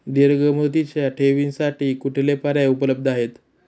दीर्घ मुदतीच्या ठेवींसाठी कुठले पर्याय उपलब्ध आहेत?